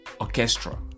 orchestra